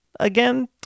again